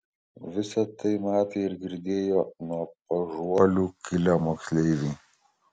visa tai matė ir girdėjo nuo paužuolių kilę moksleiviai